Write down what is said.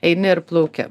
eini ir plauki